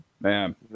Man